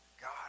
God